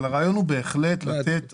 אבל הרעיון הוא בהחלט לתת אפגרייד.